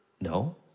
no